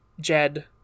Jed